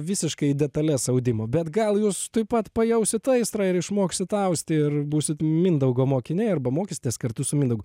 visiškai į detales audimo bet gal jūs taip pat pajausit aistrą ir išmoksit austi ir būsit mindaugo mokiniai arba mokysitės kartu su mindaugu